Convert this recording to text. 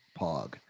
pog